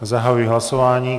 Zahajuji hlasování.